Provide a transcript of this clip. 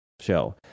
show